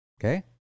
Okay